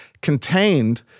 contained